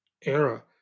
era